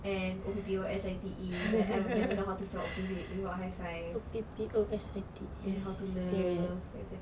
and O P P O S I T E like I would never know how to spell opposite about high five and how to love exactly